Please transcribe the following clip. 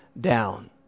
down